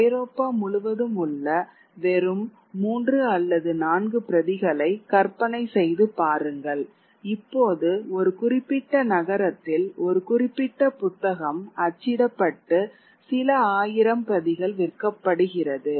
ஐரோப்பா முழுவதும் உள்ள வெறும் 3 அல்லது 4 பிரதிகளை கற்பனை செய்து பாருங்கள் இப்போது ஒரு குறிப்பிட்ட நகரத்தில் ஒரு குறிப்பிட்ட புத்தகம் அச்சிடப்பட்டு சில ஆயிரம் பிரதிகள் விற்கப்படுகிறது